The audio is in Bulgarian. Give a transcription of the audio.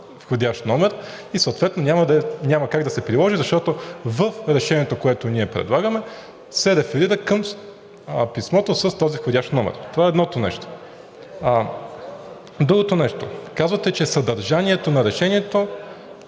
и съответно няма как да се приложи, защото в решението, което ние предлагаме, се реферира към писмото с този входящ номер. Това е едното нещо. Другото нещо – казвате, че съдържанието на решението